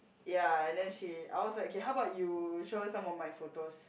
ya and then she I was like okay how about you show some of my photos